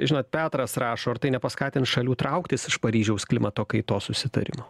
žinot petras rašo ar tai nepaskatins šalių trauktis iš paryžiaus klimato kaitos susitarimo